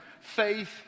faith